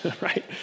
right